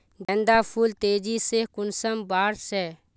गेंदा फुल तेजी से कुंसम बार से?